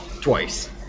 twice